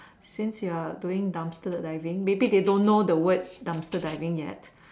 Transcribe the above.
since you are doing dumpster diving maybe they don't know the word dumpster diving yet